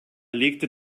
legte